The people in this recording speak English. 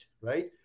right